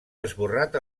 esborrat